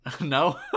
No